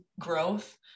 growth